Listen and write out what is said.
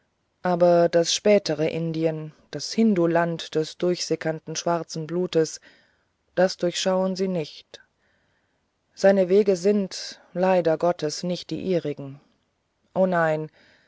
aber das spätere indien das hinduland des durchsickernden schwarzen blutes das durchschauen sie nicht seine wege sind leider gottes nicht die ihrigen o nein